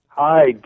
Hi